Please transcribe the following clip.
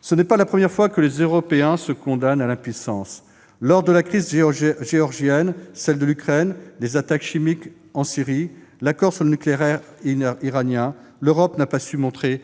Ce n'est pas la première fois que les Européens se condamnent à l'impuissance. Lors de la crise géorgienne, de celle de l'Ukraine, des attaques chimiques en Syrie, à propos de l'accord sur le nucléaire iranien, l'Europe n'a pas su montrer